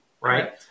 right